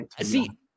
See